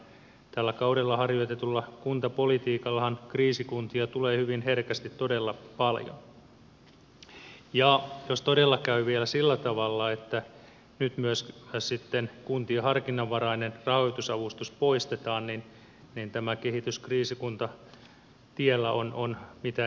tällä kaudella harjoitetulla kuntapolitiikallahan kriisikuntia tulee hyvin herkästi todella paljon ja jos todella käy vielä sillä tavalla että nyt myös kuntien harkinnanvarainen rahoitusavustus poistetaan niin tämä kehitys kriisikuntatiellä on mitä ilmeisimmin